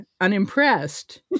unimpressed